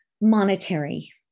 monetary